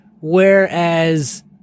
whereas